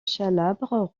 chalabre